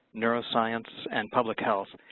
neuroscience, and public health.